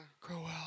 Crowell